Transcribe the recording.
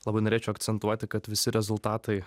labai norėčiau akcentuoti kad visi rezultatai